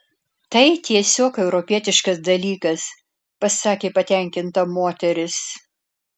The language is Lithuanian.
tai tiesiog europietiškas dalykas pasakė patenkinta moteris